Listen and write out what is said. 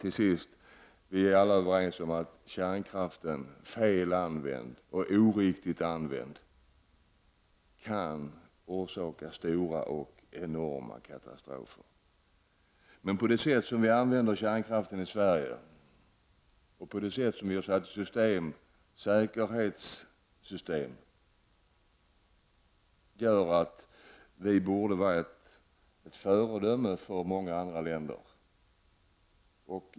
Till sist: Vi är alla överens om att kärnkraften fel använd kan orsaka enorma katastrofer, men med det sätt som vi använder kärnkraften på i Sverige och med de säkerhetssystem som vi har borde vi kunna stå som ett föredöme för många andra länder.